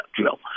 drill